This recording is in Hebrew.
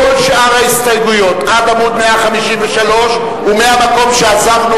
כל שאר ההסתייגויות עד עמוד 153 ומהמקום שעזבנו